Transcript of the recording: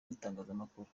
itangazamakuru